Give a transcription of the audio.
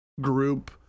group